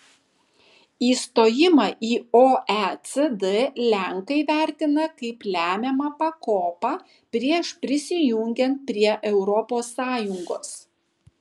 įstojimą į oecd lenkai vertina kaip lemiamą pakopą prieš prisijungiant prie europos sąjungos